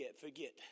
forget